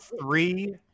three